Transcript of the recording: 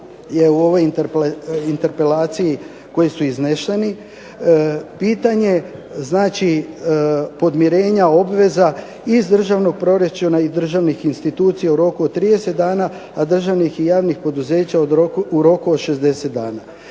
u ovoj interpelaciji koji su izneseni. Pitanje znači, podmirenja obveza iz Državnog proračuna i državnih institucija u roku od 30 dana, a državnih i javnih poduzeća u roku od 60 dana.